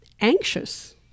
anxious